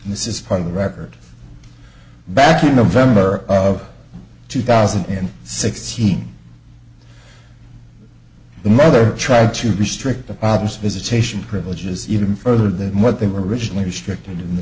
and this is part of the record back in november of two thousand and sixteen the mother tried to restrict the obvious visitation privileges even further than what they were originally restricted in the